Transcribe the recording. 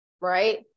right